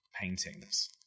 paintings